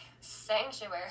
sanctuary